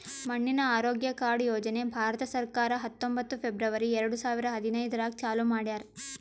ಮಣ್ಣಿನ ಆರೋಗ್ಯ ಕಾರ್ಡ್ ಯೋಜನೆ ಭಾರತ ಸರ್ಕಾರ ಹತ್ತೊಂಬತ್ತು ಫೆಬ್ರವರಿ ಎರಡು ಸಾವಿರ ಹದಿನೈದರಾಗ್ ಚಾಲೂ ಮಾಡ್ಯಾರ್